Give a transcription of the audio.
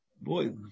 boy